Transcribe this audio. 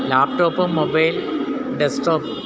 laptop mobile desk top